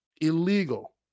illegal